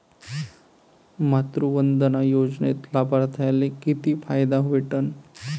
मातृवंदना योजनेत लाभार्थ्याले किती फायदा भेटन?